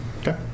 Okay